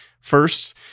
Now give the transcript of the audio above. first